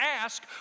ask